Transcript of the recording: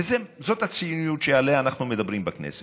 וזאת הציניות שעליה אנחנו מדברים בכנסת,